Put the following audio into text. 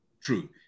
true